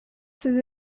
ces